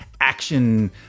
action